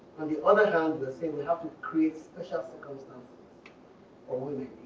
on the other hand, they're saying we have to create special circumstances for women.